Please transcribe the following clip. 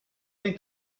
think